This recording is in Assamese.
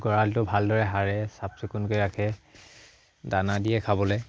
গঁড়ালটো ভালদৰে সাৰে চাফ চিকুণকে ৰাখে দানা দিয়ে খাবলে